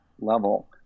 level